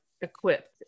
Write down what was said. equipped